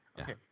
Okay